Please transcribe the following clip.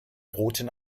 roten